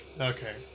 Okay